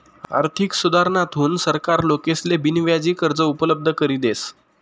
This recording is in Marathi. आर्थिक सुधारणाथून सरकार लोकेसले बिनव्याजी कर्ज उपलब्ध करी देस